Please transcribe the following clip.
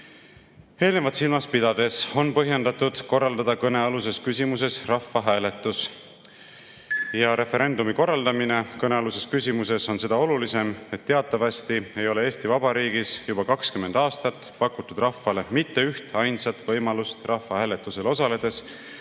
silmas pidades on põhjendatud korraldada selles küsimuses rahvahääletus. Referendumi korraldamine kõnealuses küsimuses on seda olulisem, et teatavasti ei ole Eesti Vabariigis juba 20 aastat pakutud rahvale mitte ühtainsat võimalust rahvahääletusel osaledes